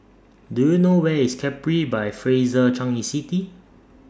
Do YOU know Where IS Capri By Fraser Changi City